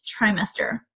trimester